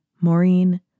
Maureen